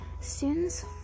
Students